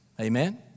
Amen